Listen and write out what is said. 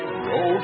go